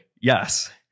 yes